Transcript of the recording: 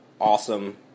Awesome